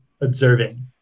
observing